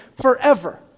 forever